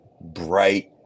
bright